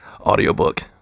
Audiobook